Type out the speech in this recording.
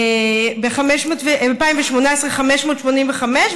ב-2018 זה 585,